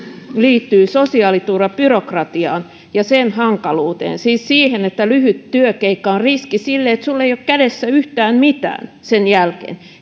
liittyy sosiaaliturvabyrokratiaan ja sen hankaluuteen siis siihen että lyhyt työkeikka on riski sille että sinulla ei ole kädessä yhtään mitään sen jälkeen